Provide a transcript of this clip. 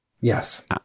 Yes